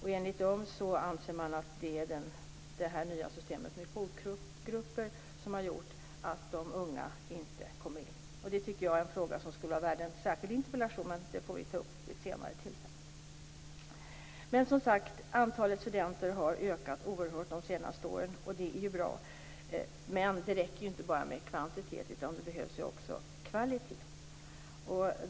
På Högskoleverket anser man att det är det nya systemet med kvotgrupper som har gjort att de unga inte kommer in. Det är en fråga som skulle vara värd en egen interpellation, men det får bli vid ett senare tillfälle. Men antalet studenter har ökat under de senaste åren, och det är ju bra. Men det räcker inte bara med kvantitet, utan det behövs också kvalitet.